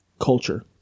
Culture